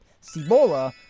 Cibola